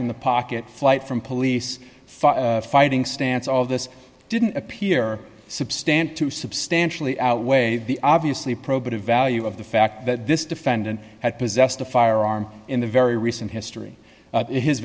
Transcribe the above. in the pocket flight from police fire fighting stance all of this didn't appear substantial to substantially outweigh the obviously probative value of the fact that this defendant had possessed a firearm in the very recent history in his